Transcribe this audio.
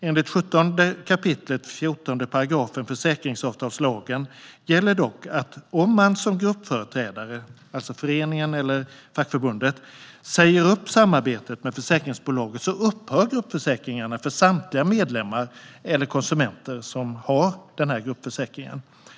Enligt 17 kap. 14 § försäkringsavtalslagen gäller dock att om man som gruppföreträdare - alltså föreningen eller fackförbundet - säger upp samarbetet med försäkringsbolaget upphör gruppförsäkringarna för samtliga medlemmar eller konsumenter som har denna gruppförsäkring.